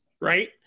right